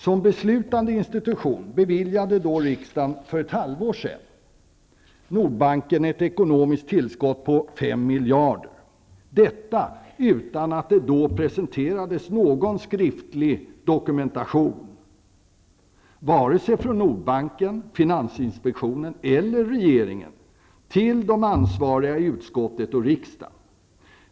Som beslutande institution beviljade riksdagen för ett halvår sedan Nordbanken ett ekonomiskt tillskott på 5 miljarder. Detta skedde utan att det då presenterades någon skriftlig dokumentation, vare sig från Nordbanken eller finansinspektionen eller från regeringen, till de ansvariga i utskottet och riksdagen.